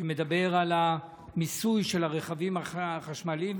שמדבר על המיסוי של הרכבים החשמליים,